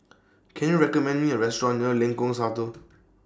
Can YOU recommend Me A Restaurant near Lengkok Satu